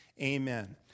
amen